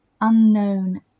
unknown